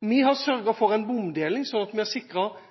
Vi har sørget for en bomdeling, slik at vi